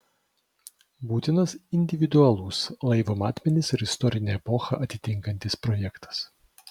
būtinas individualus laivo matmenis ir istorinę epochą atitinkantis projektas